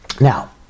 Now